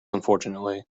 unfortunately